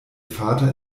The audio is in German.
vater